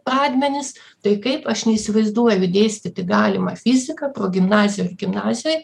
pradmenis tai kaip aš neįsivaizduoju dėstyti galima fiziką progimnazijoj ar gimnazijoj